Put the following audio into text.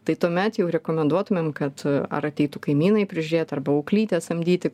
tai tuomet jau rekomenduotumėm kad ar ateitų kaimynai prižiūrėt arba auklytę samdyti